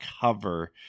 cover